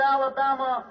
Alabama